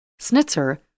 Snitzer